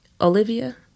Olivia